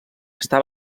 està